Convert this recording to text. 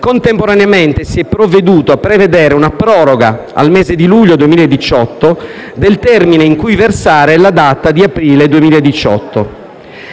Contemporaneamente si è provveduto a prevedere una proroga al mese di luglio 2018 del termine entro cui versare la rata di aprile 2018.